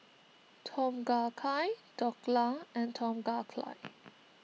Tom Kha Gai Dhokla and Tom Kha Gai